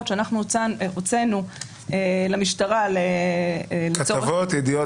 שאנחנו הוצאנו למשטרה --- כתבות זה ידיעות